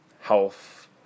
health